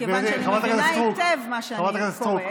מכיוון שאני מבינה היטב מה שאני קוראת.